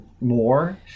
more